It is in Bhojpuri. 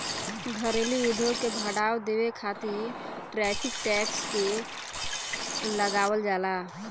घरेलू उद्योग के बढ़ावा देबे खातिर टैरिफ टैक्स के लगावल जाला